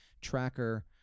tracker